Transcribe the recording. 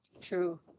True